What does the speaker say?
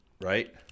Right